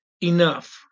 enough